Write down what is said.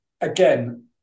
again